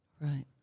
Right